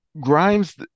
Grimes